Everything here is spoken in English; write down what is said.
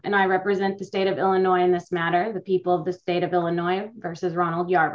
and i represent the state of illinois in this matter the people of the state of illinois versus ronald yard